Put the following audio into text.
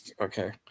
Okay